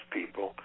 people